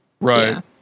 Right